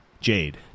Jade